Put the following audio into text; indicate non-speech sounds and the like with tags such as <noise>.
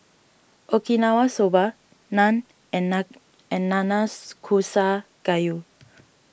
Okinawa Soba Naan and <unintelligible> and Nanakusa Gayu